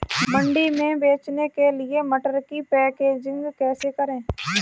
मंडी में बेचने के लिए मटर की पैकेजिंग कैसे करें?